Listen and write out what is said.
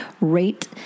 rate